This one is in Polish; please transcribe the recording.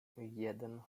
jeden